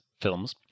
films